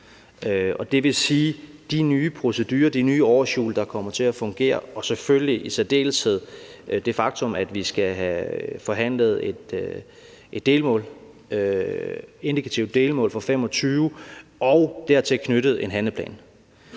det vil sige, at de nye procedurer og de nye årshjul, der kommer til at fungere, og selvfølgelig i særdeleshed det faktum, at vi skal have forhandlet et indikativt delmål for 2025 og dertil knyttet en handleplan,